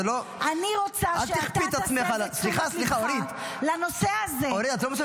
אני רוצה שאתה תסב את תשומת ליבך לנושא הזה -- אל תכפי את עצמך.